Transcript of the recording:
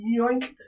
Yoink